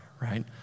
right